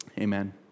Amen